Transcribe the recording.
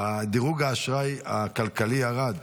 דירוג האשראי הכלכלי ירד,